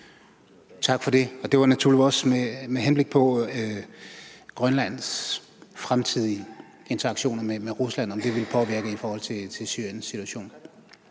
Tak for det. Det er naturligvis også med henblik på Grønlands fremtidige interaktion med Rusland et spørgsmål om, om det vil påvirke noget i forhold til Syriens situation.